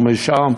ומשם,